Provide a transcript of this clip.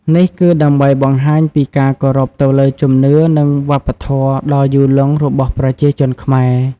នេះគឺដើម្បីបង្ហាញពីការគោរពទៅលើជំនឿនិងវប្បធម៌ដ៏យូរលង់របស់ប្រជាជនខ្មែរ។